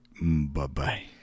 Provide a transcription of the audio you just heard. Bye-bye